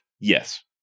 Yes